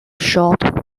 short